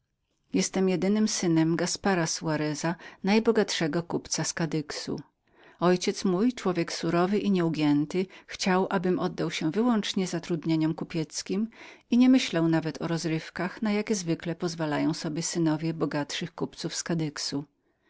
jestem jedynym synem gaspara soareza najbogatszego kupca z kadyxu mój ojciec człowiek surowy i nieugięty chciał abym wyłącznie oddał się zatrudnieniom kupieckim i niemyślał nawet o rozrywkach jakich zwykle pozwalają sobie synowie bogatszych kupców z